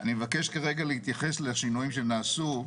אני מבקש כרגע להתייחס לשינויים שנעשו,